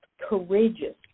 courageous